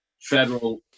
federal